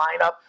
lineup